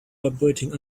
vibrating